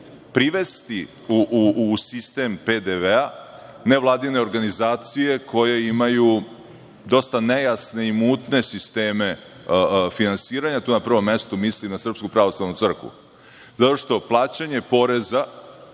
privesti u sistem PDV-a nevladine organizacije koje imaju dosta nejasne i mutne sisteme finansiranja. Tu na prvom mestu mislim na Srpsku pravoslavnu crkvu. Plaćanje poreza